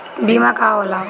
बीमा का होला?